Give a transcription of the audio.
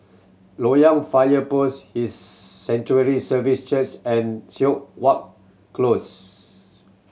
Loyang Fire Post His Sanctuary Services Church and Siok Wan Close